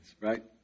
right